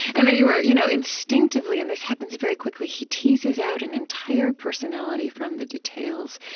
and then you wrote, you know instinctively and this happens very quickly he teases out an entire personality from the details.